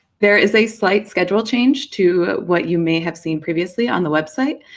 there is a slight schedule change to what you may have seen previously on the website.